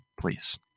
Please